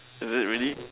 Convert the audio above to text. is it really